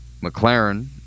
McLaren